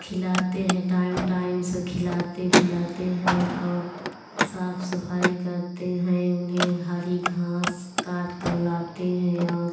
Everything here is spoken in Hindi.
खिलाते हैं टाइम टाइम से खिलाते पिलाते हैं और साफ़ सफ़ाई करते हैं उन्हें हरी घास काटकर लाते हैं और